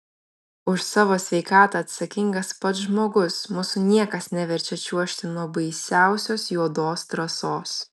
už savo sveikatą atsakingas pats žmogus mūsų niekas neverčia čiuožti nuo baisiausios juodos trasos